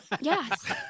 yes